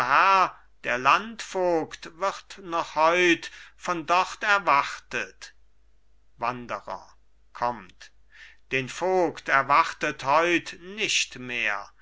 der landvogt wird noch heut von dort erwartet wanderer kommt den vogt erwartet heut nicht mehr